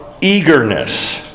eagerness